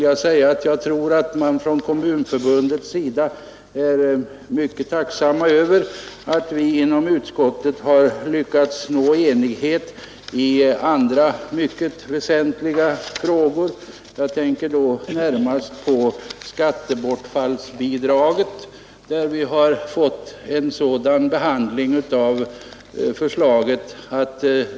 Jag tror att man inom Kommunförbundet är mycket tacksam över att vi i utskottet lyckats nå enighet i andra mycket väsentliga frågor. Jag tänker då närmast på skattebortfallsbidraget.